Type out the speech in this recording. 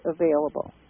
available